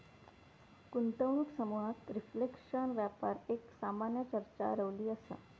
गुंतवणूक समुहात रिफ्लेशन व्यापार एक सामान्य चर्चा रवली असा